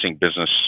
business